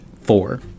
four